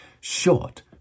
Short